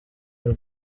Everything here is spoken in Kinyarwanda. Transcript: y’u